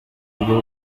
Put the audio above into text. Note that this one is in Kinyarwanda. aribwo